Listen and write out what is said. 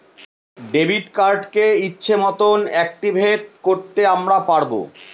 debit কার্ডকে ইচ্ছে মতন অ্যাকটিভেট করতে আমরা পারবো